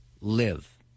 live